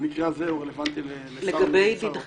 שבמקרה הזה הוא רלוונטי לשר האוצר.